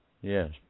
yes